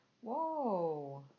Whoa